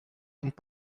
vint